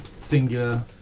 singular